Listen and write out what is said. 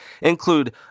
include